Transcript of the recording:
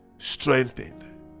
strengthened